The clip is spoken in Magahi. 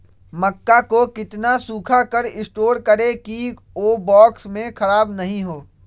मक्का को कितना सूखा कर स्टोर करें की ओ बॉक्स में ख़राब नहीं हो?